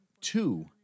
two